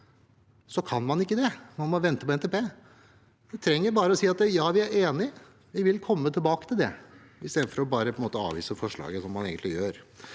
Så kan man ikke det, man må vente på NTP. Man trenger bare si: Ja, vi er enig, vi vil komme tilbake til det, istedenfor bare å avvise forslaget, som man egentlig gjør